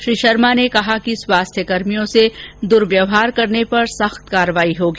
श्री शर्मा ने कहा कि स्वास्थ्यकर्मियों से दुर्व्यवहार करने पर सख्त कार्रवाई होगी